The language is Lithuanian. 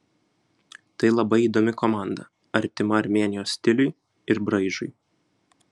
tai labai įdomi komanda artima armėnijos stiliui ir braižui